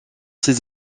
ses